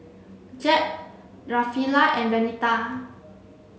Jeb Rafaela and Venita